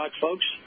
folks